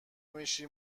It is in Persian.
میشی